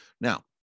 Now